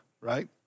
right